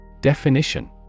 Definition